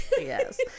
Yes